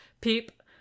peep